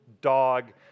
dog